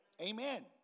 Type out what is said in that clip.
Amen